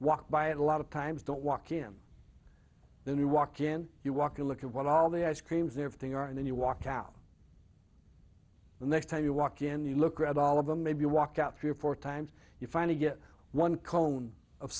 walk by a lot of times don't walk in the new walk in you walk you look at what all the ice creams if thing are and then you walk out the next time you walk in you look read all of them maybe walk out three or four times you finally get one cone of